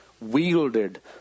wielded